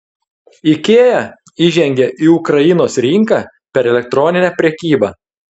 ikea įžengė į ukrainos rinką per elektroninę prekybą